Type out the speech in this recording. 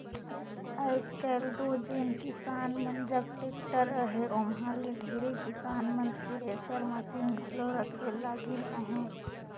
आएज काएल दो जेन किसान मन जग टेक्टर अहे ओमहा ले ढेरे किसान मन थेरेसर मसीन घलो रखे लगिन अहे